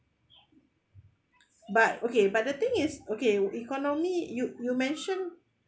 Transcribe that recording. but okay but the thing is okay economy you you mention